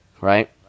right